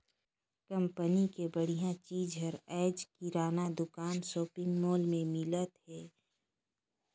company के बड़िहा चीज हर आयज किराना दुकान, सॉपिंग मॉल मन में मिलत हे